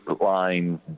line